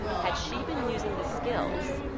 had she been using the skills,